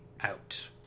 out